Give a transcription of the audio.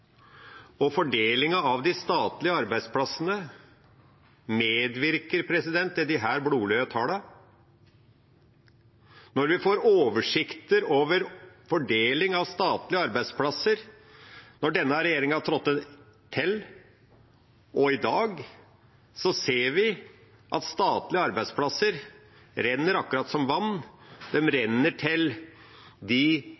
Og fordelingen av de statlige arbeidsplassene medvirker til disse blodrøde tallene. Når vi får oversikter over fordeling av statlige arbeidsplasser da denne regjeringa trådte til, og i dag, ser vi at statlige arbeidsplasser renner akkurat som vann: De